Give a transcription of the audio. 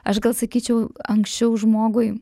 aš gal sakyčiau anksčiau žmogui